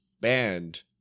Banned